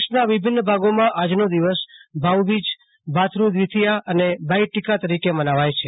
દેશના વિભિન્ન ભાગોમાં આજનો દિવસ ભાઉ બીજ ભાથરૂ દ્રિથિયા અને ભાઈ ટીકા તરીકે મનાવાય છે